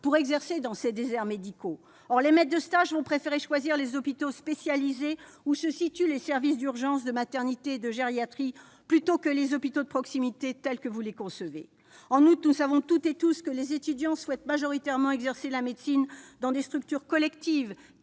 pour exercer dans les déserts médicaux. Or les maîtres de stages vont préférer choisir les hôpitaux spécialisés où se situent les services d'urgences, de maternité et de gériatrie plutôt que les hôpitaux de proximité tels que vous les concevez. En outre, nous savons toutes et tous que les étudiants souhaitent majoritairement exercer la médecine dans des structures collectives,